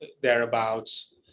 thereabouts